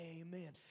amen